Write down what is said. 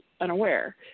unaware